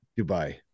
Dubai